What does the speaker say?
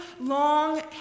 long